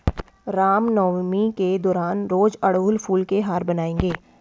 रामनवमी के दौरान रोज अड़हुल फूल के हार बनाएंगे